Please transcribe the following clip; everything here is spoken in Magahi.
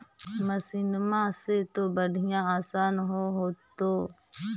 मसिनमा से तो बढ़िया आसन हो होतो?